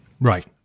right